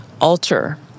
alter